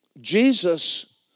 Jesus